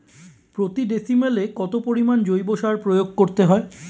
প্রতি ডিসিমেলে কত পরিমাণ জৈব সার প্রয়োগ করতে হয়?